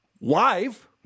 live